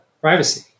privacy